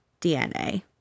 DNA